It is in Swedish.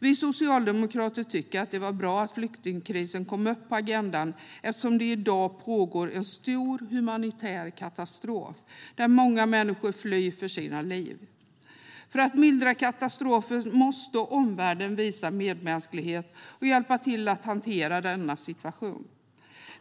Vi socialdemokrater tycker att det var bra att flyktingkrisen kom upp på agendan eftersom det i dag pågår en stor humanitär katastrof där många människor flyr för sina liv. För att mildra katastrofen måste omvärlden visa medmänsklighet och hjälpa till att hantera denna situation.